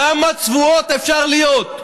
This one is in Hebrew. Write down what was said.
מי מונע, כמה צבועות אפשר להיות?